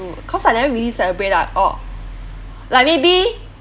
cause I never really celebrate lah orh like maybe